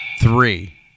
three